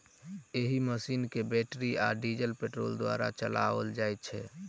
एहि मशीन के बैटरी आ डीजल पेट्रोल द्वारा चलाओल जाइत छै